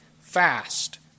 fast